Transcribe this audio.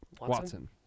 Watson